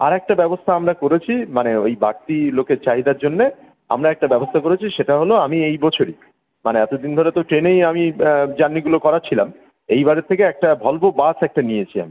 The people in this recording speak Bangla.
আর একটা ব্যবস্থা আমরা করেছি মানে ওই বাড়তি লোকের চাহিদার জন্যে আমরা একটা ব্যবস্থা করেছি সেটা হলো আমি এই বছরই মানে এত দিন ধরে তো ট্রেনেই আমি জার্নিগুলো করাচ্ছিলাম এইবারের থেকে একটা ভলভো বাস একটা নিয়েছি আমি